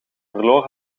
verloren